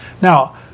Now